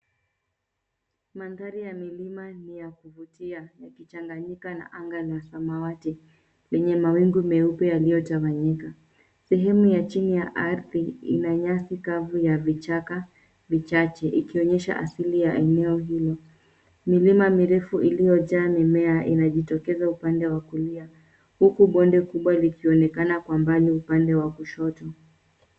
Mandhari ya milima ni ya kuvutia yakichanganyika na anga la samwati lenye mawingu meupe yaliyotawanyika. Sehemu ya chini ya ardhi ina nyasi kavu ya vichaka vichache ikionyesha asili ya eneo hilo. Milima mirefu iliyojaa mimea inajitokeza upande wa kulia, huku bonde kubwa likionekana kwa mbali upande wa kushoto.